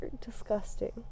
disgusting